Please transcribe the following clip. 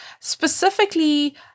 specifically